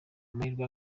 amahirwe